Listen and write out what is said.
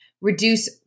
reduce